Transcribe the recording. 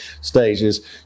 stages